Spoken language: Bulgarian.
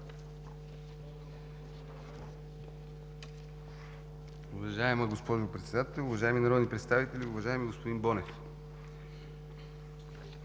Уважаема госпожо Председател, уважаеми народни представители! Уважаеми господин Бонев,